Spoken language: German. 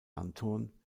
anton